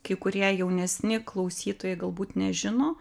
kai kurie jaunesni klausytojai galbūt nežino